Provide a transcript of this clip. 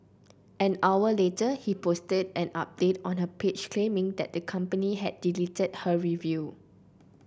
an hour later Ho posted an update on her page claiming that the company had deleted her review